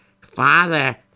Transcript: Father